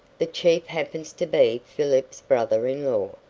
the chief happens to be philippe's brother-in-law,